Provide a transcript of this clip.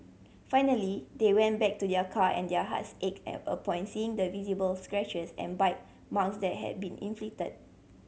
finally they went back to their car and their hearts ached upon seeing the visible scratches and bite marks that had been inflicted